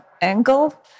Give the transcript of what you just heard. angle